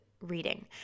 reading